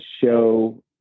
show